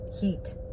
heat